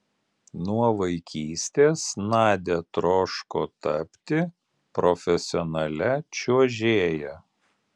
nuo vaikystės nadia troško tapti profesionalia čiuožėja